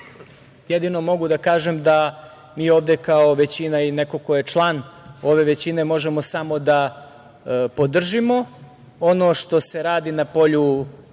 jedino mogu da kažem da mi ovde kao većina i neko ko je član ove većine, možemo samo da podržimo ono što se radi na polju